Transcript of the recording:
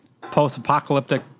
post-apocalyptic